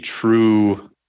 true